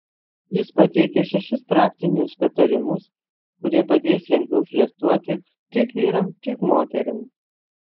jis pateikia šešis praktinius patarimus kurie padės lengviau flirtuoti tiek vyrams tiek moterims